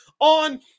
on